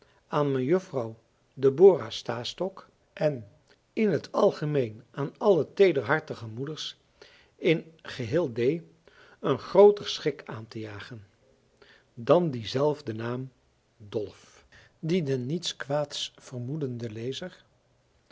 aan mejuffrouw debora stastok en in t algemeen aan alle teederhartige moeders in geheel d een grooter schrik aan te jagen dan diezelfde naam dolf die den niets kwaads vermoedenden lezer